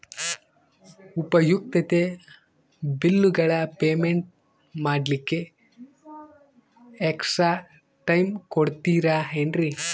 ಉಪಯುಕ್ತತೆ ಬಿಲ್ಲುಗಳ ಪೇಮೆಂಟ್ ಮಾಡ್ಲಿಕ್ಕೆ ಎಕ್ಸ್ಟ್ರಾ ಟೈಮ್ ಕೊಡ್ತೇರಾ ಏನ್ರಿ?